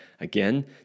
Again